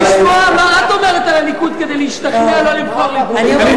מספיק לשמוע מה את אומרת על הליכוד כדי להשתכנע לא לבחור ליכוד.